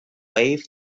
abe